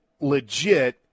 legit